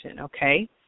Okay